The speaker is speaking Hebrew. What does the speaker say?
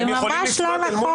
אני עוד לא הפנמתי.